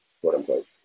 quote-unquote